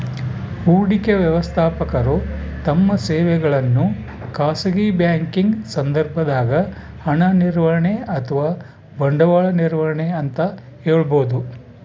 ಹೂಡಿಕೆ ವ್ಯವಸ್ಥಾಪಕರು ತಮ್ಮ ಸೇವೆಗಳನ್ನು ಖಾಸಗಿ ಬ್ಯಾಂಕಿಂಗ್ ಸಂದರ್ಭದಾಗ ಹಣ ನಿರ್ವಹಣೆ ಅಥವಾ ಬಂಡವಾಳ ನಿರ್ವಹಣೆ ಅಂತ ಹೇಳಬೋದು